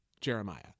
Jeremiah